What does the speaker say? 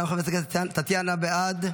גם חברת הכנסת טטיאנה בעד,